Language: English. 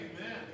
Amen